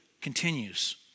continues